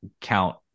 count